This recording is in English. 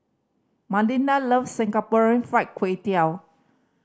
Malinda loves Singapore Fried Kway Tiao